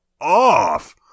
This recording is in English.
off